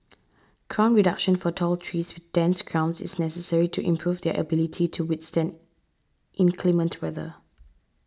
crown reduction for tall trees with dense crowns is necessary to improve their ability to withstand inclement weather